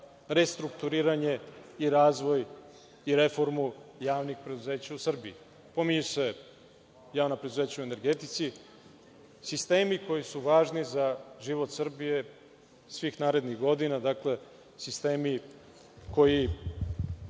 restrukturiranje i razvoj i reformu javnih preduzeća u Srbiji. Pominju se javna preduzeća u energetici, sistemi koji su važni za život Srbije svih narednih godina, dakle, sistemi koji